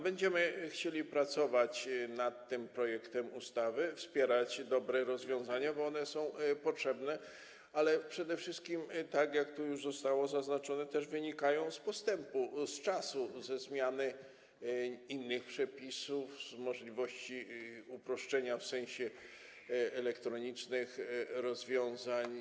Będziemy chcieli pracować nad tym projektem ustawy, wspierać dobre rozwiązania, bo one są potrzebne, ale przede wszystkim, tak jak to już zostało zaznaczone, one też wynikają z postępu, z czasu, ze zmiany innych przepisów, z możliwości uproszczenia - w sensie elektronicznych rozwiązań.